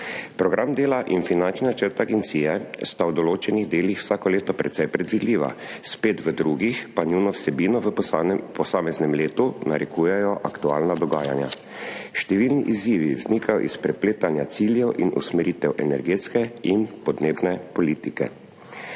Program dela in finančni načrt agencije sta v določenih delih vsako leto precej predvidljiva, spet v drugih pa njuno vsebino v posameznem letu narekujejo aktualna dogajanja. Številni izzivi vznikajo iz prepletanja ciljev in usmeritev energetske in podnebne politike.